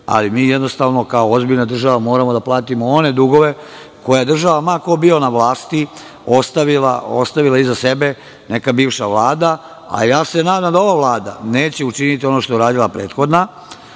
ali mi jednostavno kao ozbiljna država moramo da platimo one dugove koje je država, ma ko bio na vlasti, ostavila iza sebe neka bivša Vlada, a ja se nadam da ova Vlada neće učiniti ono što je uradila prethodna,